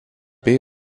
bei